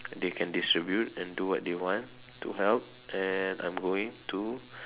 they can distribute and do what they want to help and I'm going to